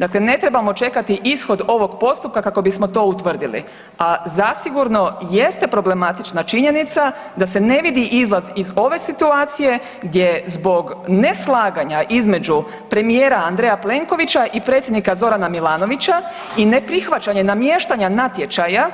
Dakle, ne trebamo čekati ishod ovog postupka kako bismo to utvrdili, a zasigurno jeste problematična činjenica da se ne vidi izlaz iz ove situacije gdje zbog neslaganja između premijera Andreja Plenkovića i predsjednika Zorana Milanovića i ne prihvaćanje namještanja natječaja